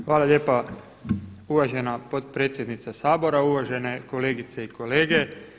Hvala lijepa uvažena potpredsjednice Sabora, uvažene kolegice i kolege.